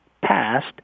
passed